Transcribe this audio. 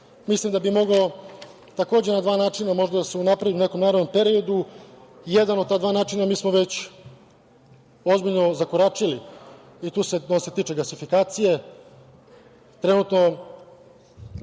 mislim da bi mogao takođe na dva načina možda da se unapredi u nekom narednom periodu, jedan od ta dva načina, mi smo već ozbiljno zakoračili i tu se dosta tiče gasifikacije. Trenutno